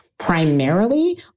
primarily